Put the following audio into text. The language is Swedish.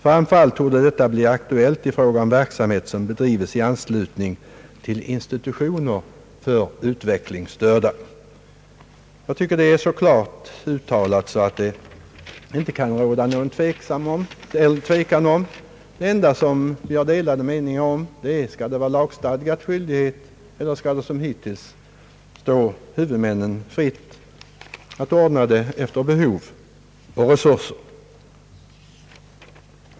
Framför allt torde detta bli aktuellt i fråga om verksamhet som bedrivs i anslutning till institutioner för utvecklingsstörda.» Jag tycker att det är så klart uttalat att det inte kan råda någon tvekan. Det enda som vi har delade meningar om är frågan: Skall det vara lagstiftad skyldighet eller skall det som hittills stå huvudmännen fritt att ordna efter behov och resurser?